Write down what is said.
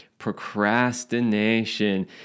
procrastination